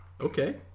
Okay